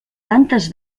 tantes